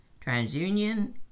TransUnion